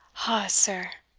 ah, sir!